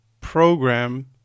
program